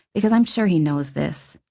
because i'm sure he knows this.